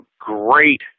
great